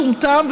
שום טעם,